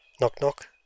Knock-knock